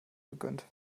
gegönnt